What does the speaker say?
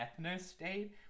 ethnostate